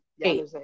Eight